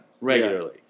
regularly